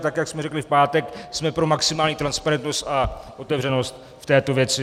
Tak jak jsme řekli v pátek, jsme pro maximální transparentnost a otevřenost v této věci.